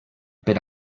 per